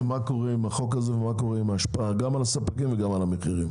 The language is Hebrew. מה קורה עם החוק הזה ומה קורה עם ההשפעה גם על הספקים וגם על המחירים.